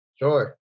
Sure